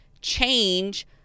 change